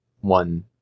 One